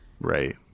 Right